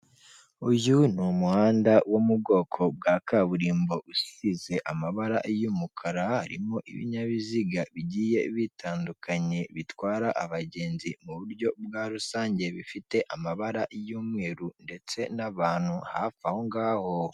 Uyu ni umuhanda wo mu bwoko bwa kaburimbo usize amabara y'umukara harimo ibinyabiziga bigiye bitandukanye bitwara abagenzi mu buryo bwa rusange bifite amabara y'umweru ndetse n'abantu hafi aho ngaho.